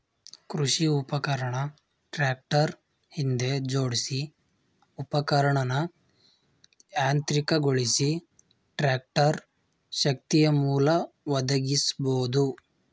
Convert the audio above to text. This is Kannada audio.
ಕೃಷಿ ಉಪಕರಣ ಟ್ರಾಕ್ಟರ್ ಹಿಂದೆ ಜೋಡ್ಸಿ ಉಪಕರಣನ ಯಾಂತ್ರಿಕಗೊಳಿಸಿ ಟ್ರಾಕ್ಟರ್ ಶಕ್ತಿಯಮೂಲ ಒದಗಿಸ್ಬೋದು